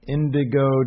Indigo